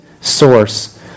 source